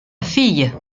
fille